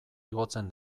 igotzen